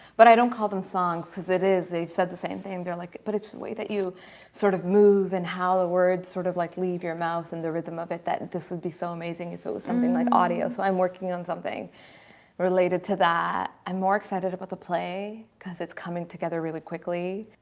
but i don't call them songs because it is they said the same thing. they're like but it's the way that you sort of move and how the ah words sort of like leave your mouth and the rhythm of it that this would be so amazing if it was something like audio. so i'm working on something related to that. i'm more excited about the play because it's coming together really quickly.